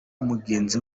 mugenzi